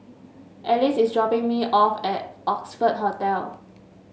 Alice is dropping me off at Oxford Hotel